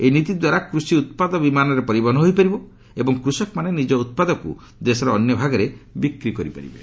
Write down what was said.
ଏହି ନୀତି ଦ୍ୱାରା କୃଷି ଉତ୍ପାଦ ବିମାନରେ ପରିବହନ ହୋଇ ପାରିବ ଏବଂ କୃଷକମାନେ ନିଜ ଉତ୍ପାଦକୁ ଦେଶର ଅନ୍ୟ ଭାଗରେ ବିକ୍ରି କରିପାରିବେ